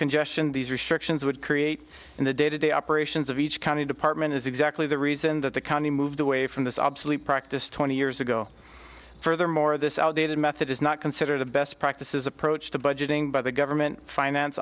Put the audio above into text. congestion these restrictions would create in the day to day operations of each county department is exactly the reason that the county moved away from this obsolete practice twenty years ago furthermore this outdated method is not considered the best practices approach to budgeting by the government finance